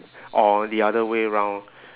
or the other way round